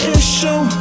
issue